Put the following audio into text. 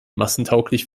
massentauglich